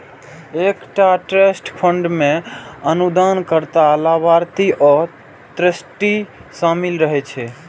एकटा trust fund मे अनुदानकर्ता, लाभार्थी आ ट्रस्टी शामिल रहै छै